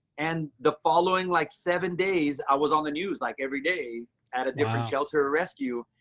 and the following like seven days, i was on the news like every day at a different shelter rescue.